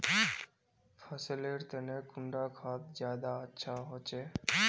फसल लेर तने कुंडा खाद ज्यादा अच्छा होचे?